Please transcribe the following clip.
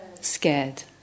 Scared